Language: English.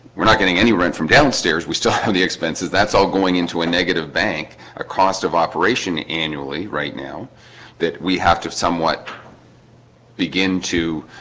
we're not getting any rent from downstairs we still have the expenses that's all going into a negative bank a cost of operation. annually right now that we have to somewhat begin to